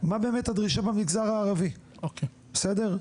מה באמת הדרישה במגזר הערבי, בסדר?